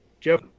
jeff